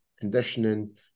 conditioning